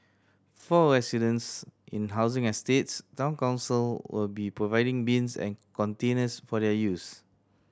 for residents in housing estates Town Council will be providing bins and containers for their use